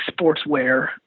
sportswear